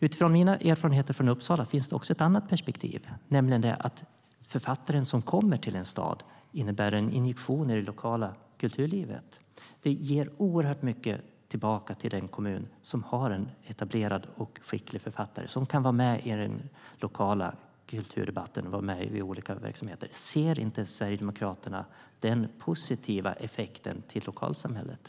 Utifrån mina erfarenheter från Uppsala finns det också ett annat perspektiv, nämligen att författaren som kommer till en stad innebär en injektion i det lokala kulturlivet. Det ger oerhört mycket tillbaka till den kommun som har en etablerad och skicklig författare som kan vara med i den lokala kulturdebatten och i olika verksamheter. Ser inte Sverigedemokraterna den positiva effekten för lokalsamhället?